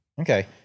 okay